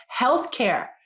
healthcare